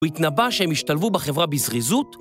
הוא התנבא שהם ישתלבו בחברה בזריזות?